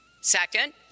Second